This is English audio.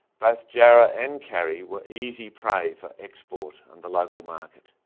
both jarrah and karri were easy prey for export and the local market.